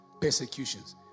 persecutions